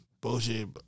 bullshit